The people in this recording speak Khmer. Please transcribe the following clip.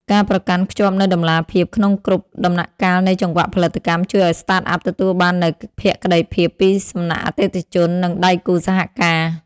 ការប្រកាន់ខ្ជាប់នូវតម្លាភាពក្នុងគ្រប់ដំណាក់កាលនៃចង្វាក់ផលិតកម្ម ជួយឱ្យ Startup ទទួលបាននូវភក្តីភាពពីសំណាក់អតិថិជន និងដៃគូសហការ។